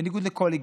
בניגוד לכל היגיון,